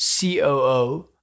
COO